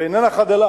ואיננה חדלה